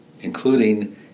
including